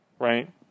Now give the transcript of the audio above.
right